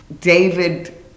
David